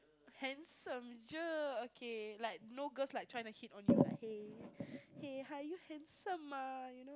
handsome cher okay like no girls like trying to hit on you like hey hey hi you handsome mah